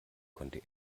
konnte